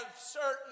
certain